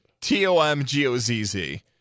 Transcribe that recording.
T-O-M-G-O-Z-Z